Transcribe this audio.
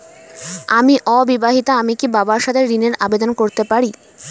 আমি অবিবাহিতা আমি কি বাবার সাথে ঋণের আবেদন করতে পারি?